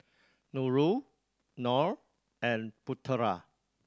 Nurul Nor and Putera